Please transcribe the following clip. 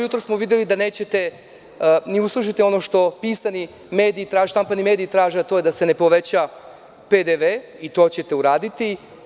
Jutros smo videli da nećete da uslišite ni ono što štampani mediji traže, a to je da se ne poveća PDV - i to ćete uraditi.